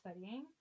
studying